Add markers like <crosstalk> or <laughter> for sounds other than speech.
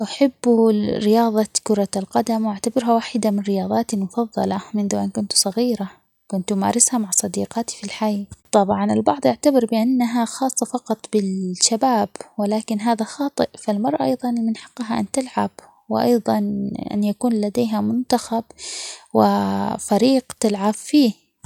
أحب <hesitation> رياضة كرة القدم وأعتبرها واحدة من رياضاتي المفضلة منذ أن كنت صغيرة كنت أمارسها مع صديقاتي في الحي، طبعاً البعض يعتقد بأنها خاصة فقط بالشباب ولكن هذا خاطئ فالمرأة أيضاً من حقها أن تلعب وأيضاً أن يكون لديها منتخب وفريق تلعب فيه.